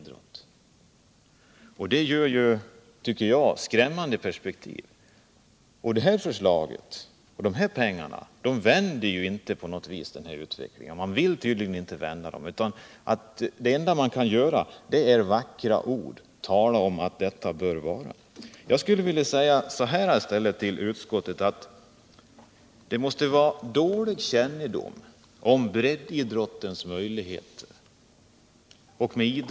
Detta ger, tycker jag, skrämmande perspektiv, men de föreslagna pengarna skulle ändå inte kunna vända den utvecklingen. Man vill tydligen inte heller vända den, utan det enda man kan åstadkomma är vackra ord och tal om hur det bör vara. Jag skulle i stället vilja säga till utskottet att det måste bero på dålig kännedom om breddidrottens möjligheter.